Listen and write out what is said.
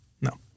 No